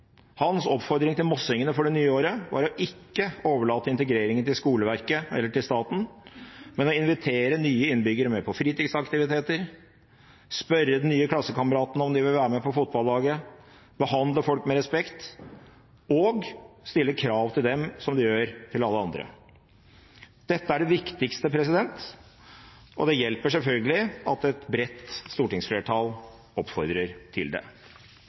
Hans oppfordring til mossingene for det nye året var å ikke overlate integreringen til skoleverket eller til staten, men å invitere nye innbyggere med på fritidsaktiviteter, spørre de nye klassekameratene om de vil være med på fotballaget, behandle folk med respekt og stille krav til dem, som man gjør til alle andre. Dette er det viktigste, og det hjelper selvfølgelig at et bredt stortingsflertall oppfordrer til det.